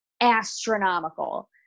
astronomical